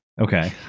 Okay